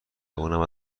اونم